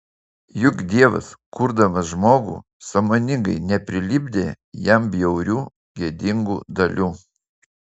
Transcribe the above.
juk dievas kurdamas žmogų sąmoningai neprilipdė jam bjaurių gėdingų dalių